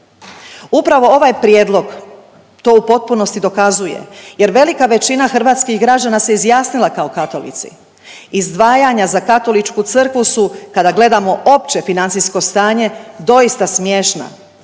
Upravo ovaj prijedlog to u potpunosti dokazuje, jer velika većina hrvatskih građana se izjasnila kao katolici. Izdvajanja za katoličku crkvu su kada gledamo opće financijsko stanje doista smiješna.